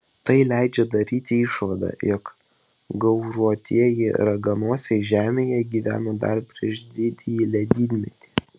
tai leidžia daryti išvadą jog gauruotieji raganosiai žemėje gyveno dar prieš didįjį ledynmetį